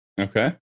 Okay